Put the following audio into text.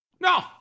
No